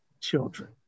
children